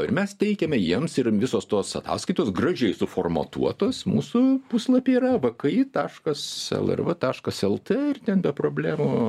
ir mes teikiame jiems ir visos tos ataskaitos gražiai suformatuotos mūsų puslapyje yra v k i taškas el r v taškas eltė ir ten be problemų